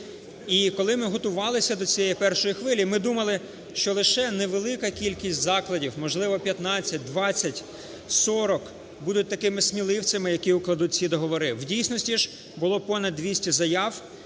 І коли ми готувалися до цієї першої хвилі, ми думали, що лише невелика кількість закладів, можливо, 15, 20, 40 будуть такими сміливцями, які укладуть ці договори. В дійсності ж було понад 200 заяв